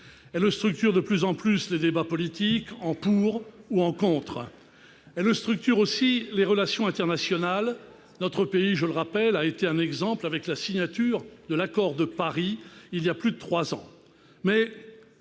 Elle structure de plus en plus les débats politiques, en pour ou en contre ; elle structure aussi les relations internationales- notre pays a donné l'exemple, je le rappelle, avec la signature de l'accord de Paris, voilà plus de trois ans.